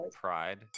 Pride